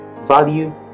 value